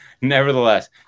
nevertheless